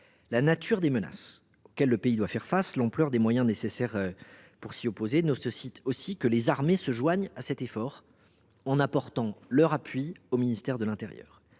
La nature des menaces auxquelles notre pays doit faire face et l’ampleur des moyens nécessaires pour s’y opposer imposent que les armées se joignent à cet effort en apportant leur appui au ministère de l’intérieur.